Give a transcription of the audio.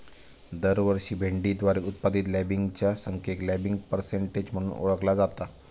दरवर्षी भेंडीद्वारे उत्पादित लँबिंगच्या संख्येक लँबिंग पर्सेंटेज म्हणून ओळखला जाता